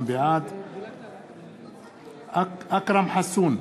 בעד אכרם חסון,